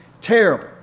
Terrible